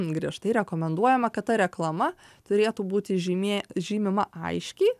griežtai rekomenduojama kad ta reklama turėtų būti žymė žymima aiškiai